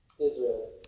Israel